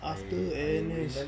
after N_S